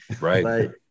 Right